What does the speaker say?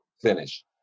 Finish